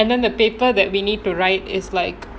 and then the paper that we need to write is like